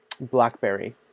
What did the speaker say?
Blackberry